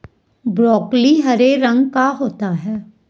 broccoli हरे रंग का होता है